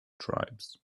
tribes